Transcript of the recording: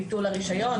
ביטול הרישיון,